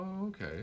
okay